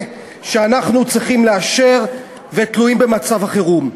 שאנחנו צריכים לאשר ואשר תלויים במצב החירום: